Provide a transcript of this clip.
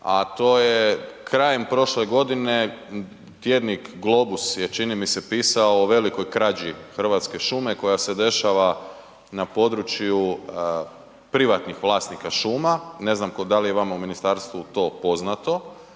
a to je krajem prošle godine, tjednik Globus je čini mi se pisao o velikoj krađi hrvatske šume koja se dešava na području privatnih vlasnika šuma, ne znam da li je vama u ministarstvu to poznato.